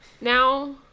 Now